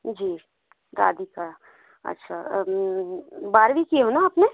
जी राधिका अच्छा बारहवी किए हो न आपने